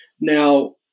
Now